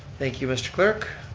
thank you, mr. clerk.